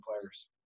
players